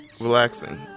Relaxing